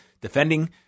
defending